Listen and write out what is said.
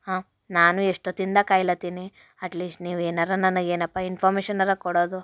ಹಾಂ ನಾನೂ ಎಷ್ಟೊತ್ತಿಂದ ಕಾಯ್ಲತ್ತೀನಿ ಅಟ್ ಲೀಶ್ಟ್ ನೀವು ಏನಾರ ನನಗೆ ಏನಪ್ಪ ಇನ್ಫಾಮೇಷನಾರ ಕೊಡೋದು